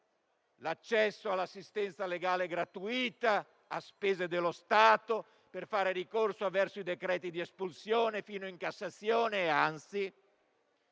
l'accesso all'assistenza legale gratuita a spese dello Stato per fare ricorso avverso i decreti di espulsione fino in Cassazione; anzi,